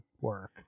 work